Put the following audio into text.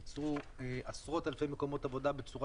הם ייצרו עשרות אלפי מקומות עבודה בצורה